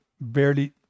barely